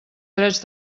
drets